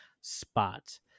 spot